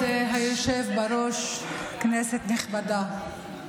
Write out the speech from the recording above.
יוראי, תודה.